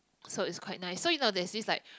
so is quite nice so in all that is like